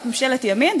זאת ממשלת ימין,